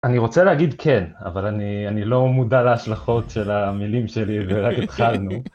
אני רוצה להגיד כן, אבל אני לא מודע להשלכות של המילים שלי ורק התחלנו.